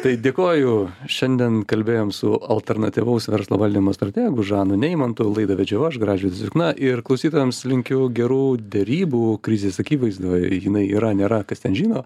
tai dėkoju šiandien kalbėjom su alternatyvaus verslo valdymo strategu žanu neimantu laidą vedžiau aš gražvydas jukna ir klausytojams linkiu gerų derybų krizės akivaizdoj jinai yra nėra kas ten žino